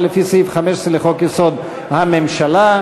לממשלה, לפי סעיף 15 לחוק-יסוד: הממשלה,